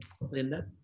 Linda